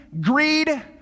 greed